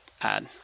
add